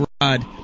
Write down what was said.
rod